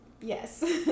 yes